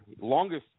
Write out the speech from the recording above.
Longest